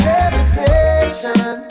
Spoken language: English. Levitation